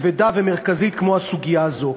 כבדה ומרכזית כמו הסוגיה הזאת.